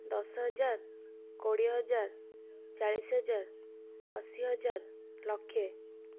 ଦଶ ହଜାର କୋଡ଼ିଏ ହଜାର ଚାଳିଶି ହଜାର ଅଶୀ ହଜାର ଲକ୍ଷ